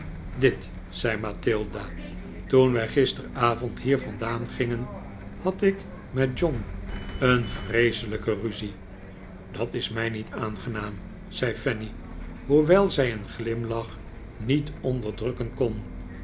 dit zei mathilda toen wij gisterenavond hier vandaan gingen had ik met john een vreeselijke ruzie dat is mij niet aangenaam zei fanny hoewel zij een glimlach niet onderdrukken kon